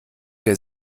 der